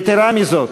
יתרה מזאת,